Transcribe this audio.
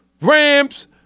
Rams